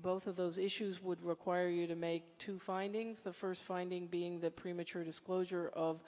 both of those issues would require you to make two findings the first finding being that premature disclosure of